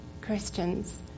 Christians